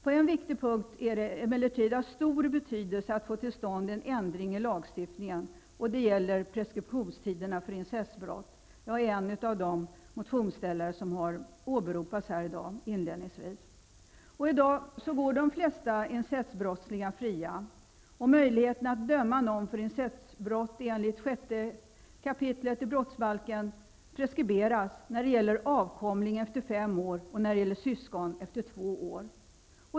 På en viktig punkt är det emellertid av stor betydelse att få till stånd en ändring i lagstiftningen. Detta gäller preskriptionstiderna vid incestbrott. Jag är en av de motionärer som har åberopats inledningsvis här i dag. I dag går de flesta incestbrottslingar fria. 6 kap. i brottsbalken preskriberas när det gäller avkomling efter fem år och när det gäller syskon efter två år.